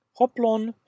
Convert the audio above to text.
Hoplon